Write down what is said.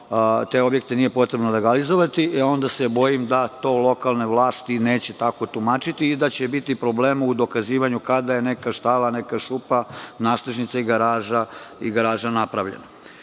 te objekte nije potrebno legalizovati, onda se bojim da to lokalne vlasti neće tako tumačiti, već da će biti problema u dokazivanju kada je neka štala, neka šupa, nadstrešnica, garaža napravljena. Član